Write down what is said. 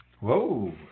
Whoa